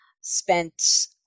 spent